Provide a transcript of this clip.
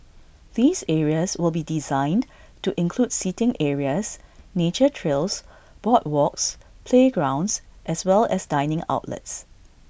these areas will be designed to include seating areas nature trails boardwalks playgrounds as well as dining outlets